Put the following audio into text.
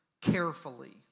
carefully